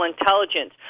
intelligence